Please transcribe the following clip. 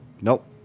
Nope